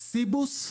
סיבוס,